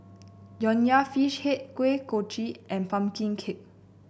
Nonya Fish Head Kuih Kochi and pumpkin cake